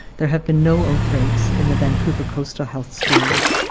there have been no outbreaks in the vancouver coastal health schools.